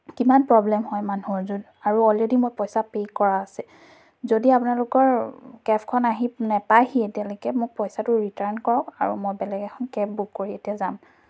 কিমান প্ৰব্লেম হয় মানুহৰ য'ত আৰু অলৰেদি মই পইচা পে' কৰা আছে যদি আপোনালোকৰ কেবখন আহি নাপায়হি এতিয়ালৈকে মোক পইচাটো ৰিটাৰ্ন কৰক আৰু মই বেলেগ এখন কেব বুক কৰি এতিয়া যাম